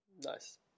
Nice